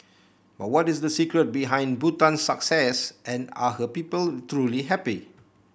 but what is the secret behind Bhutan's success and are her people truly happy